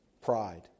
pride